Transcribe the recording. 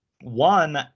one